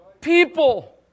people